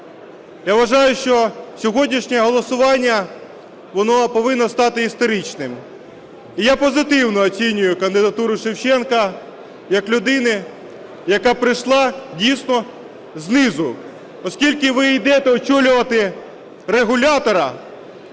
Я вважаю, що сьогоднішнє голосування, воно повинно стати історичним. І я позитивно оцінюю кандидатуру Шевченка як людини, яка прийшла дійсно знизу. Оскільки ви йдете очолювати регулятора,